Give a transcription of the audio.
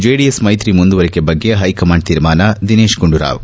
JDS ಮೈತ್ರಿ ಮುಂದುವರಿಕೆ ಬಗ್ಗೆ ಹೈಕಮಾಂಡ್ ತೀರ್ಮಾನ ದಿನೇಶ್ ಗುಂಡೂರಾವ್